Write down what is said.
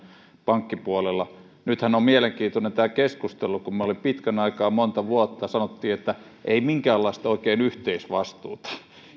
pankkipuolella nythän on mielenkiintoinen tämä keskustelu kun meillä pitkän aikaa monta vuotta sanottiin että ei oikein minkäänlaista yhteisvastuuta